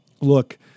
look